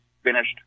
finished